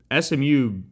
SMU